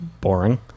Boring